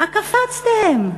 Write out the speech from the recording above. מה קפצתם?